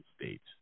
states